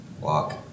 Walk